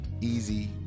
easy